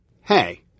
Hey